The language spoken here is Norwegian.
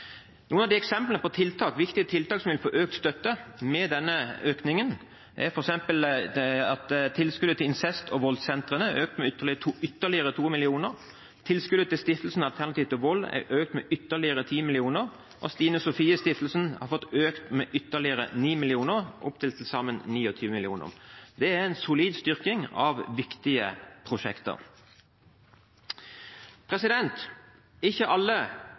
på viktige tiltak som vil få økt støtte med denne økningen, er incest- og voldssentrene, som har fått økt tilskuddet med ytterligere 2 mill. kr, stiftelsen Alternativ til Vold, som har fått økt tilskuddet med ytterligere 10 mill. kr, og Stine Sofies Stiftelse, som har fått en økning på ytterligere 9 mill. kr – til til sammen 29 mill. kr. Det er en solid styrking av viktige prosjekter. Ikke alle